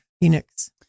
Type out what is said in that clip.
Phoenix